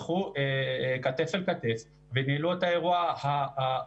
הלכו כתף אל כתף וניהלו את האירוע השונה